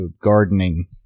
gardening